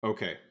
Okay